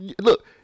Look